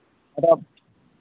कपड़ा